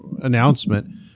announcement